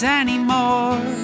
anymore